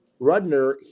Rudner